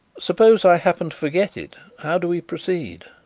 suppose i happen to forget it? how do we proceed?